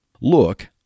Look